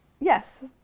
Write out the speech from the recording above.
Yes